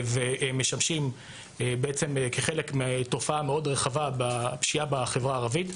ומשמשים בעצם כחלק מתופעה מאוד רחבה של פשיעה בחברה הערבית,